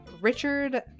Richard